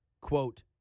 quote